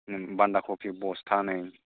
बान्दा कपि बस्थानै